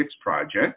project